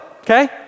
okay